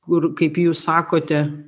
kur kaip jūs sakote